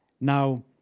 Now